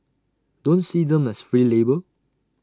don't see them as free labour